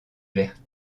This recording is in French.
verte